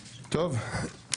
טוב,